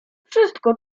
wszystko